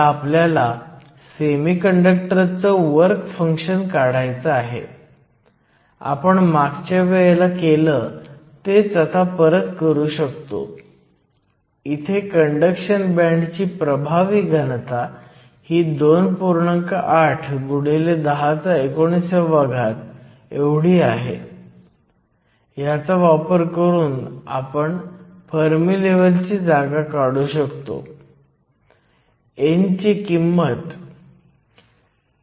तर आपल्याकडे एक अब्रप्ट pn जंक्शन आहे क्रॉस सेक्शनल एरिया A हा 1 mm2 आहे आपण p बाजूला असलेल्या तर एक्सेप्टर कॉन्सन्ट्रेशन NA हे 5 x 1018 cm 3 आहे आणि डोनर महत्त्वाचा आहे